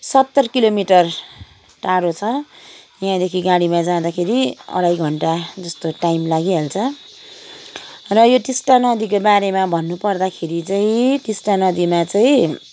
सत्तर किलोमिटर टाढो छ यहाँदेखि गाडीमा जाँदाखेरि अढाई घन्टा जस्तो टाइम लागिहाल्छ र यो टिस्टा नदीको बारेमा भन्नु पर्दाखेरि चाहिँ टिस्टा नदीमा चाहिँ